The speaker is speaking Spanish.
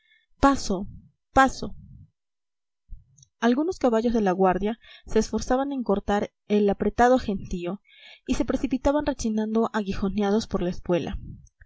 paso paso algunos caballos de la guardia se esforzaban en cortar el apretado gentío y se precipitaban rechinando aguijoneados por la espuela